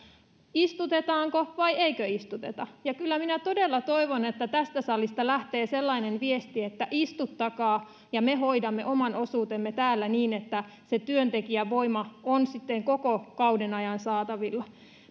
istutetaanko vai eikö istuteta ja kyllä minä todella toivon että tästä salista lähtee sellainen viesti että istuttakaa ja me hoidamme oman osuutemme täällä niin että se työntekijävoima on sitten koko kauden ajan saatavilla